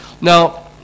Now